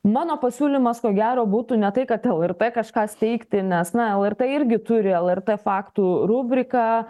mano pasiūlymas ko gero būtų ne tai kad lrt kažką steigti nes na lrt irgi turi lrt faktų rubriką